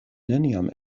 neniam